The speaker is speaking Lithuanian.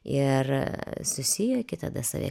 ir susijuoki tada save